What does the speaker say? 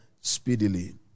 speedily